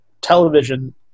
television